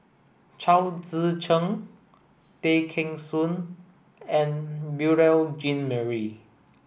Chao Tzee Cheng Tay Kheng Soon and Beurel Jean Marie